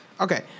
Okay